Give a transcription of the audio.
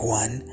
one